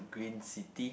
green city